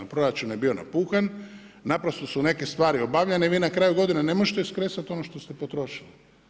Proračun je bio napuhan, naprosto su neke stvari obavljene i vi na kraju godine ne možete skresati ono što ste potrošili.